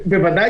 בוודאי